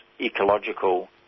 ecological